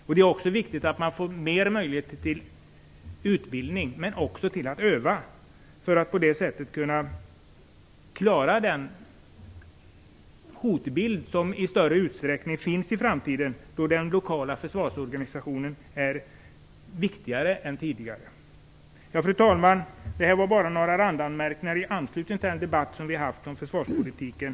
Vidare är det viktigt med ytterligare möjligheter till utbildning och övningar för att vi därmed skall kunna klara den hotbild som i större utsträckning kommer att finnas i framtiden. Då kommer den lokala försvarsorganisationen att vara ännu viktigare än tidigare. Fru talman! Det här är några randanmärkningar i anslutning till den debatt som vi haft om försvarspolitiken.